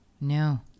no